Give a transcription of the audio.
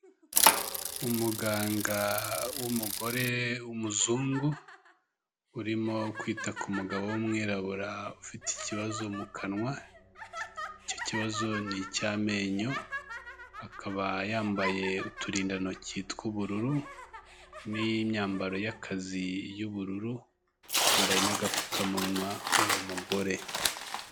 Umuganga w'umugore w'umuzungu urimo kwita ku mugabo w'umwirabura ufite ikibazo mu kanwa, icyo kibazo ni icy'amenyo, akaba yambaye uturindantoki tw'ubururu, n'imyambaro y'akazi y'ubururu, yambaye n'agapfukamunwa uwo mugore.